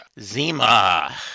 Zima